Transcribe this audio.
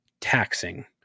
taxing